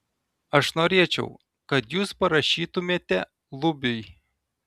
aš norėčiau kad jūs parašytumėte lubiui